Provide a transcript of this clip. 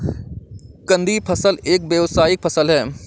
कंदीय फसल एक व्यावसायिक फसल है